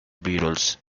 beatles